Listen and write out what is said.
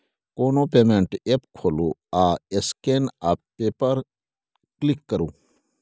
कोनो payment app खोलु आ स्कैन आ पे पर क्लिक करु